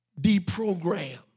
deprogram